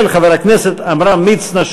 של חבר הכנסת עמרם מצנע,